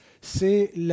c'est